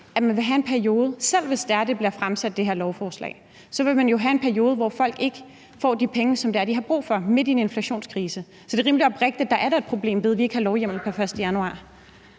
at man vil have en periode, selv hvis det her lovforslag bliver fremsat, hvor folk ikke får de penge, som de har brug for, midt i en inflationskrise. Så det er rimelig oprigtigt, når jeg siger, at der er et problem i, at vi ikke har lovhjemmel pr. 1. januar.